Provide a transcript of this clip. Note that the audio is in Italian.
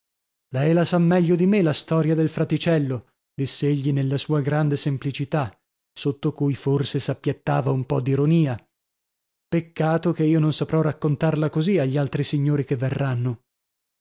lei la sa meglio di me la storia del fraticello diss'egli nella sua grande semplicità sotto cui forse s'appiattava un po d'ironia peccato che io non saprò raccontarla così agli altri signori che verranno